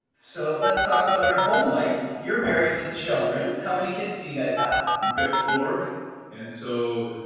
so, let's talk about your home life. you're married with children. how many kids do you guys have? we've got four and so,